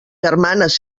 germanes